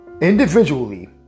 Individually